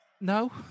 no